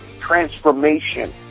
transformation